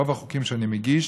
רוב החוקים שאני מגיש